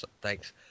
Thanks